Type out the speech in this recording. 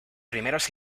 primeros